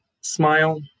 smile